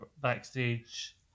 backstage